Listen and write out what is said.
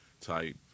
type